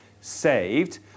saved